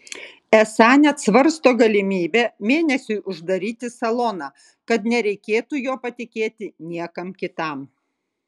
esą net svarsto galimybę mėnesiui uždaryti saloną kad nereikėtų jo patikėti niekam kitam